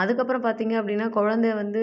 அதுக்கப்புறோம் பார்த்தீங்க அப்படின்னா குழந்த வந்து